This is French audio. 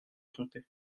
tromper